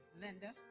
Linda